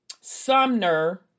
Sumner